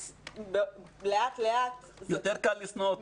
אז לאט לאט --- יותר קל לשנוא אותו.